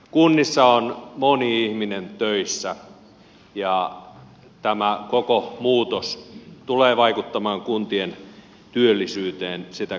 kunnissa on moni ihminen töissä ja tämä koko muutos tulee vaikuttamaan kuntien työllisyyteen sitä kautta